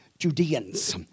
Judeans